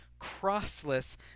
crossless